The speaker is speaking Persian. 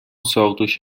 ساقدوش